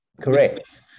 Correct